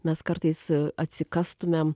mes kartais atsikastumėm